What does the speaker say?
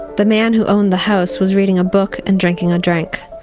the man who owned the house was reading a book and drinking a drink,